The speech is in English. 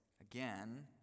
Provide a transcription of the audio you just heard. again